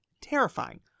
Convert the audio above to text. terrifying